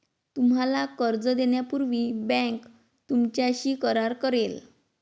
तुम्हाला कर्ज देण्यापूर्वी बँक तुमच्याशी करार करेल